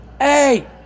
Hey